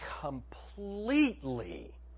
completely